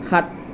সাত